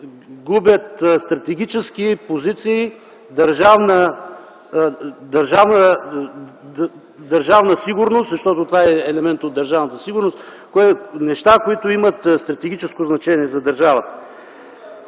губят стратегически позиции, защото това е елемент от държавната сигурност. Това са неща, които имат стратегическо значение за държавата.